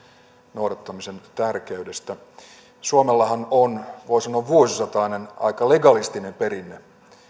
noudattamisen tärkeydestä suomellahan on voi sanoa vuosisatainen aika legalistinen perinne